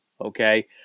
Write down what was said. Okay